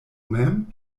mem